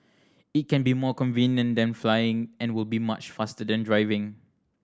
it can be more convenient than flying and will be much faster than driving